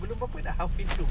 boleh